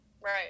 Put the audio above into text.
right